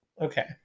Okay